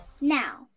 Now